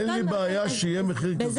באותו --- אין לי בעיה שיהיה מחיר כזה,